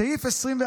סעיף 24(א)